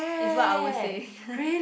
is what I will say